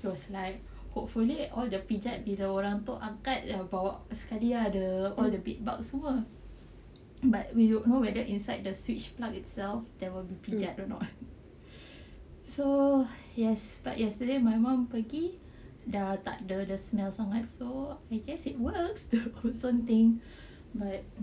he was like hopefully all the pijat bila orang tu angkat dah bawa sekali ah the all the bed bugs semua but we don't know whether inside the switch plug itself there will be pijat or not so yes but yesterday my mum pergi dah tak ada the smell sangat so I guess it worked but